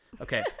Okay